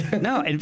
No